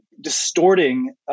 distorting